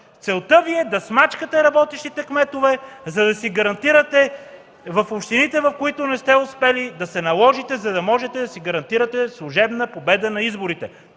Целта Ви е да смачкате работещите кметове, за да си гарантиране в общините, в които не сте успели, да се наложите, за да можете да си гарантирате служебна победа на изборите.